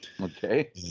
Okay